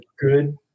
good